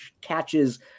catches